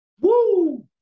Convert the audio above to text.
Woo